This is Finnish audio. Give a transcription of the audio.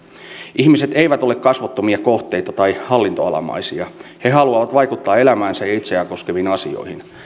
ihmiset eivät ole kasvottomia kohteita tai hallintoalamaisia he haluavat vaikuttaa elämäänsä ja itseään koskeviin asioihin